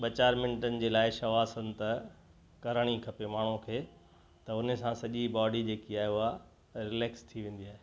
ॿ चारि मिंटनि जे लाइ शव आसन त करण ई खपे माण्हूअ खे त उन हिसाब सां सॼी बॉडी जेकी आहे उहा रिलेक्स थी वेंदी आहे